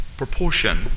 Proportion